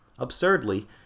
Absurdly